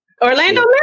Orlando